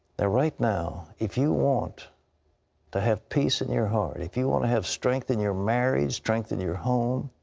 ah right now, if you want to have peace in your heart, if you want to have strength in your marriage, strength in your home,